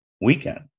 weekend